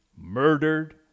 murdered